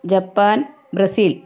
Japan Brazil